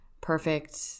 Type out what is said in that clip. perfect